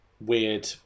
weird